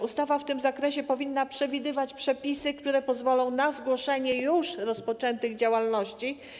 Ustawa w tym zakresie powinna zawierać przepisy, które pozwolą na zgłoszenie już rozpoczętych działalności.